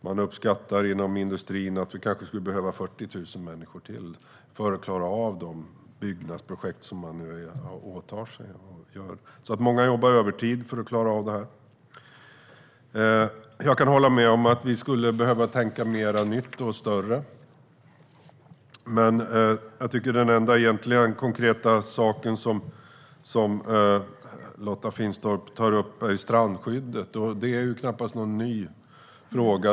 Man uppskattar inom industrin att vi kanske skulle behöva 40 000 personer till för att klara av de byggnadsprojekt som man åtar sig. I dag jobbar många övertid för att man ska klara av det. Jag kan hålla med om att vi skulle behöva tänka mer nytt och större. Dock är strandskyddet det enda egentliga och konkreta som Lotta Finstorp tar upp, och det är knappast någon ny fråga.